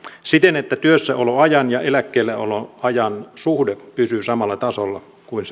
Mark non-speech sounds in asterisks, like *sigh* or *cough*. siten että työssäoloajan ja eläkkeelläoloajan suhde pysyy samalla tasolla kuin *unintelligible*